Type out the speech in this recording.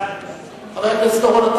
חבר הכנסת אורון,